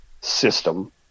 system